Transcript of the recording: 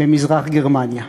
במזרח-גרמניה.